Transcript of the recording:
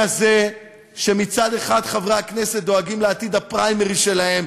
כזה שמצד אחד חברי הכנסת דואגים לעתיד הפריימריז שלהם,